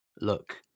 look